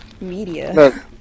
Media